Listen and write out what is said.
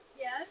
Yes